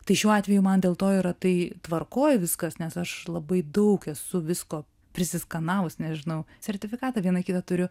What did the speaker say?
tai šiuo atveju man dėl to yra tai tvarkojeviskas nes aš labai daug esu visko prisiskanavus nežinau sertifikatą viena kitą turiu